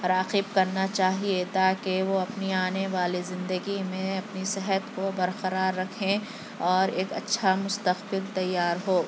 راغب کرنا چاہیے تاکہ وہ اپنی آنے والی زندگی میں اپنی صحت کو برقرار رکھیں اور ایک اچھا مستقبل تیار ہو